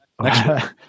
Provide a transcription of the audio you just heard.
next